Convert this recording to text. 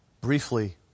Briefly